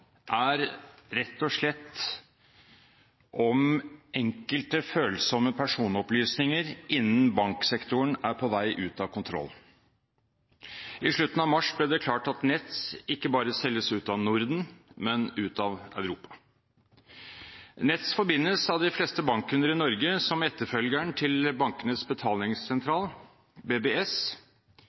er rett og slett om hvorvidt enkelte følsomme personopplysninger innen banksektoren er på vei ut av kontroll. I slutten av mars ble det klart at Nets ikke bare selges ut av Norden, men ut av Europa. Nets forbindes av de fleste bankkunder i Norge som etterfølgeren til Bankenes BetalingsSentral, BBS.